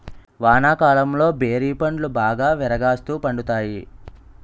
వానాకాలంలో బేరి పండ్లు బాగా విరాగాస్తు పండుతాయి